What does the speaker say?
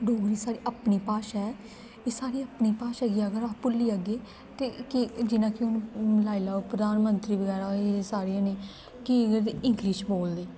डोगरी साढ़ी अपनी भाशा ऐ ते साढ़ी अपनी भाशा गी अगर अस भुल्ली जाग्गे ते कि जियां कि हून लाई लैओ प्रधानमंत्री बगैरा एह् सारे जने की इंग्लिश बोलदे